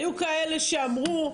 היו כאלה שאמרו,